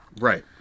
Right